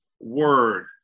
word